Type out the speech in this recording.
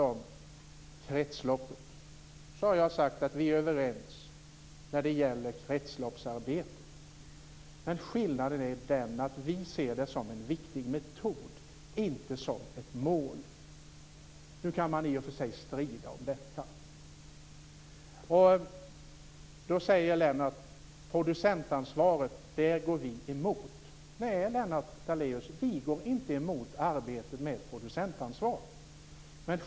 Jag har sagt att vi är överens om kretsloppsarbetet, men skillnaden är den att vi ser det som en viktig metod och inte som ett mål. Nu kan man i och för sig strida om detta. Då säger Lennart Daléus att vi går emot producentansvaret. Nej, Lennart Daléus, vi går inte emot arbetet med ett producentansvar.